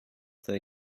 they